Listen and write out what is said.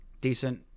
decent